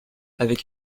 avec